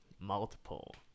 multiple